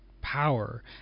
power